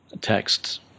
texts